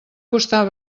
costar